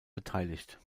beteiligt